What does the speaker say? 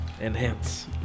Enhance